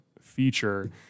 feature